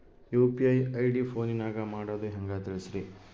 UPI ID ಫೋನಿನಾಗ ಮಾಡೋದು ಹೆಂಗ ತಿಳಿಸ್ರಿ?